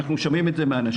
אנחנו שומעים את זה מאנשים.